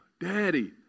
Daddy